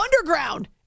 underground